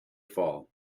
fall